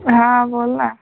हां बोल न